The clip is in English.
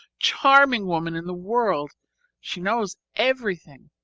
charming woman in the world she knows everything.